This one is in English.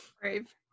Brave